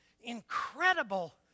incredible